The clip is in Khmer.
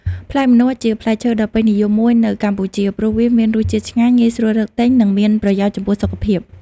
ផ្លែម្នាស់ ជាផ្លែឈើដ៏ពេញនិយមមួយនៅកម្ពុជា ព្រោះវាមានរសជាតិឆ្ងាញ់ ងាយស្រួលរកទិញ និងមានប្រយោជន៍ចំពោះសុខភាព។